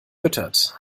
füttert